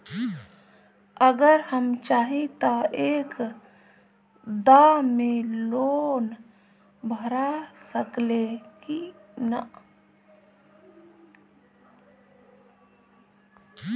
अगर हम चाहि त एक दा मे लोन भरा सकले की ना?